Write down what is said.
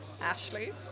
Ashley